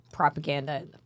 Propaganda